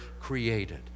created